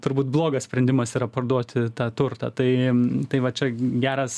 turbūt blogas sprendimas yra parduoti tą turtą tai tai va čia geras